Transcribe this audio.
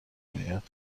میآید